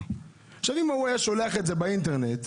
הוא היה שולח את זה באינטרנט,